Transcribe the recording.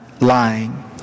lying